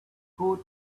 coat